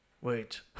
Wait